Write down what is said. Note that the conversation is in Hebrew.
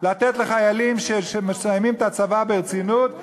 לתת לחיילים שמסיימים את הצבא ברצינות,